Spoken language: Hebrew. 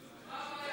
חברת